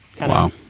Wow